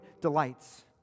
delights